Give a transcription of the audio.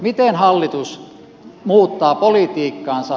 miten hallitus muuttaa politiikkaansa